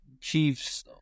Chiefs